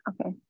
Okay